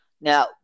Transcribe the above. Now